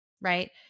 right